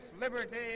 liberty